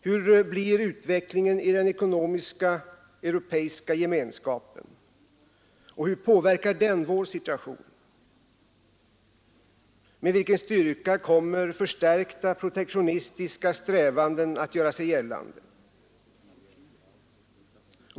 Hur blir utvecklingen i den europeiska gemenskapen och hur påverkar den vår situation? Med vilken styrka kommer förstärkta protektionistiska strävanden att göra sig gällande?